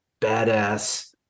badass